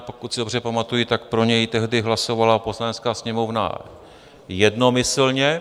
Pokud si dobře pamatuji, tak pro něj tehdy hlasovala Poslanecká sněmovna jednomyslně.